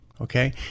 Okay